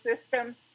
system